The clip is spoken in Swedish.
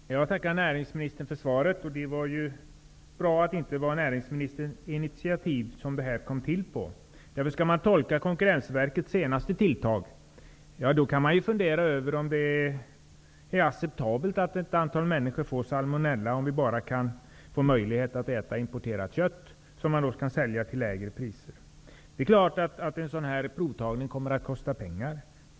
Herr talman! Jag tackar näringsministern för svaret. Det var bra att det inte var på näringsministerns initiativ som denna utredning kom till. Skall man tolka Konkurrensverkets senaste tilltag kan man tro att det är acceptabelt att ett antal människor får salmonella, om vi bara kan få möjlighet att äta importerat kött, som kan säljas till lägre priser. Det är klart att en provtagning kommer att kosta pengar.